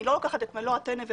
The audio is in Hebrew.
אני לא לוקחת את מלוא הטנא ופוטרת.